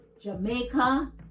Jamaica